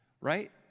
right